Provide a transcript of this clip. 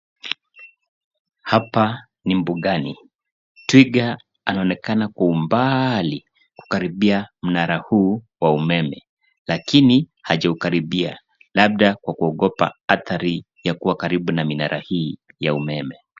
Hapa ni mbugani. Twiga anaonekana kwa umbali kukaribia mnara huu wa umeme. Lakini hajaukaribia, labda kwa kuogopa athari ya kuwa karibu na minara hii ya umeme.